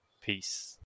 peace